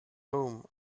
home